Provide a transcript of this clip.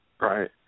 Right